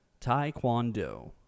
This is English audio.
Taekwondo